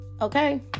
okay